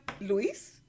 Luis